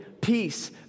peace